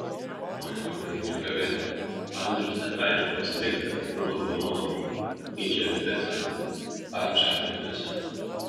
nueiname ir į kavinę andrius net leidžia pasirinkti kur labiau noriu į čili picą ar čarli picą